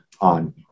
on